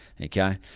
okay